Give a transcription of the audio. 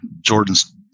Jordan's